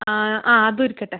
ആ അതും ഇരിക്കട്ടെ